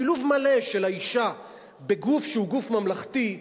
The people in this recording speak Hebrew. שילוב מלא של האשה בגוף שהוא גוף ממלכתי,